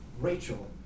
Rachel